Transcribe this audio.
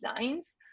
designs